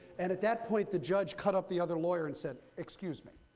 and at that point, the judge cut up the other lawyer and said, excuse me,